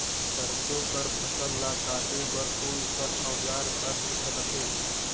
सरसो कर फसल ला काटे बर कोन कस औजार हर सुघ्घर रथे?